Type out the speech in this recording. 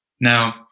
Now